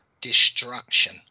destruction